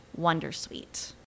wondersuite